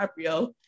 DiCaprio